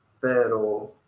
pero